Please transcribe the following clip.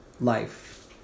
life